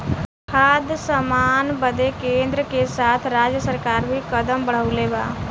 खाद्य सामान बदे केन्द्र के साथ राज्य सरकार भी कदम बढ़ौले बा